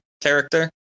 character